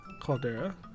caldera